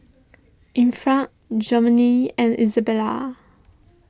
Infant Jovanni and Isabela